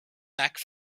back